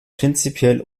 prinzipiell